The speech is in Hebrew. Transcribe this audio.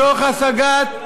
תוך השגת,